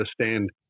understand